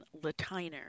Latiner